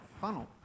funnel